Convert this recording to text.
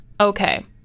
okay